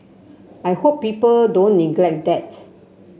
I hope people don't neglect that